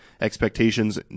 expectations